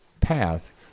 path